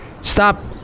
stop